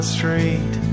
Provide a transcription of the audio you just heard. street